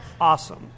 Awesome